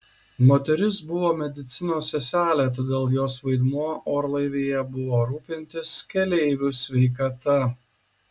moteris buvo medicinos seselė todėl jos vaidmuo orlaivyje buvo rūpintis keleivių sveikata